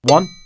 One